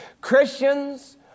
Christians